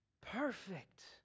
perfect